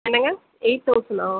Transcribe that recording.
என்னங்க எய்ட் தவுசணா